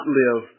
live